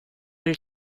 nel